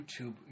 YouTube